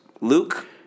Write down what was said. Luke